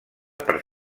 per